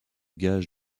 gage